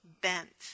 bent